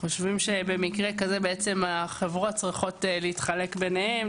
אנחנו חושבים שבמקרה כזה בעצם החברות צריכות להתחלק ביניהם,